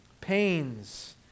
pains